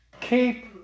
keep